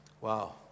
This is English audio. Wow